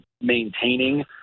maintaining